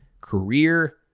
career